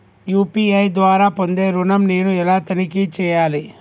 UPI ద్వారా పొందే ఋణం నేను ఎలా తనిఖీ చేయాలి?